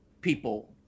people